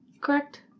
correct